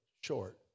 short